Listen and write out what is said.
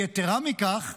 יתרה מכך,